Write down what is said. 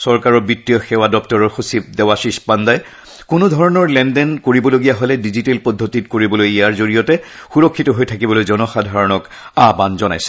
চৰকাৰৰ বিত্তীয় সেৱা দগুৰৰ সচিব দেৱাশিষ পাণ্ডাই কোনো ধৰণৰ লেনদেন কৰিবলগীয়া হলে ডিজিটেল পদ্ধতিত কৰিবলৈ আৰু ইয়াৰ জৰিয়তে সূৰক্ষিত হৈ থাকিবলৈ জনসাধাৰণক আহান জনাইছে